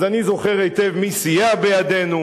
אז אני זוכר היטב מי סייע בידנו,